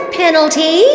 penalty